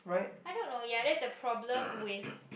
I don't know ya that's a problem with